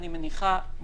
אני מניחה,